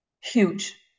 huge